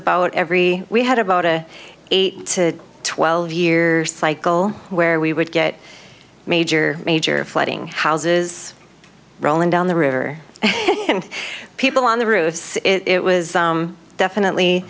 about every we had about a eight to twelve years cycle where we would get major major flooding houses rolling down the river and people on the roofs it was definitely